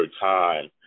time